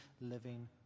living